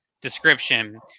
description